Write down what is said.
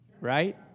Right